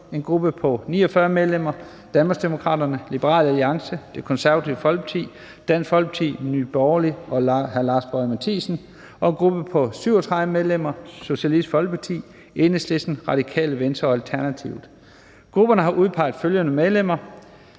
en gruppe på 49 medlemmer: Danmarksdemokraterne, Liberal Alliance, Det Konservative Folkeparti, Dansk Folkeparti, Nye Borgerlige og Lars Boje Mathiesen (UFG) og en gruppe på 37 medlemmer: Socialistisk Folkeparti, Enhedslisten, Radikale Venstre og Alternativet. Grupperne har udpeget følgende medlemmer: